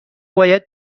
باید